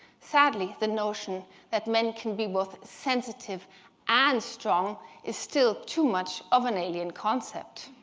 sadly, the notion that men can be both sensitive and strong is still too much of an alien concept.